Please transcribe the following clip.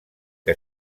que